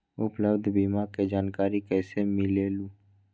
उपलब्ध बीमा के जानकारी कैसे मिलेलु?